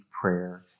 prayer